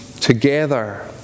together